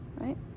right